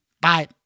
Bye